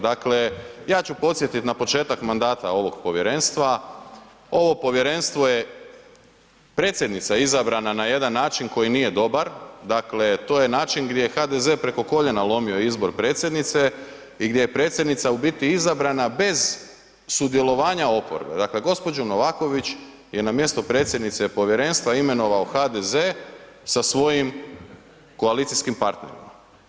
Dakle, ja ću podsjetit na početak mandata ovog povjerenstva, ovo povjerenstvo je, predsjednica je izabrana na jedan način koji nije dobar, dakle, to je način gdje je HDZ preko koljena lomio izbor predsjednice i gdje je predsjednica u biti izabrana bez sudjelovanja oporbe, dakle, gđu. Novaković je na mjesto predsjednice povjerenstva imenovao HDZ sa svojim koalicijskim partnerima.